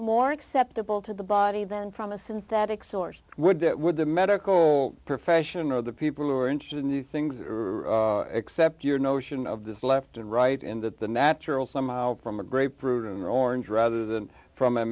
more acceptable to the body than from a synthetic source would that would the medical profession or the people who are interested in these things or accept your notion of this left and right in that the natural somehow from a grapefruit in orange rather than from a